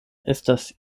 estas